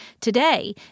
Today